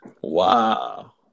Wow